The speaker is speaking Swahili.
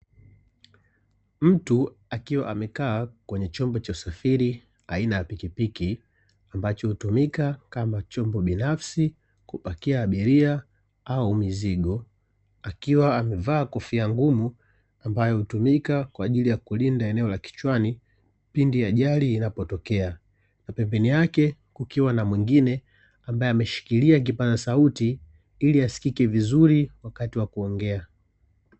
Mtu akiwa amekaa kwenye chombo cha usafiri aina ya pikipiki ambacho hutumika kama chombo binafsi, kupakia abiria au mizigo akiwa amevaa kofia ngumu ambayo hutumika kwa ajili ya kulinda eneo la kichwani pindi ajali inapotokea. Pembeni yake kukiwa na mwingine ambaye ameshikilia kipaza sauti ili asikike vizuri wakati wa kuongea.